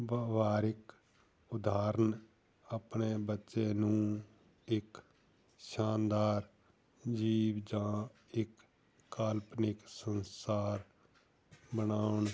ਵਿਵਹਾਰਿਕ ਉਦਾਹਰਨ ਆਪਣੇ ਬੱਚੇ ਨੂੰ ਇੱਕ ਸ਼ਾਨਦਾਰ ਜੀਵ ਜਾਂ ਇੱਕ ਕਾਲਪਨਿਕ ਸੰਸਾਰ ਬਣਾਉਣ